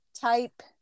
type